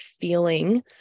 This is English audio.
feeling